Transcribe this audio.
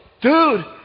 dude